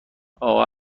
اقا